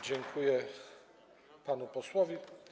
Dziękuję panu posłowi.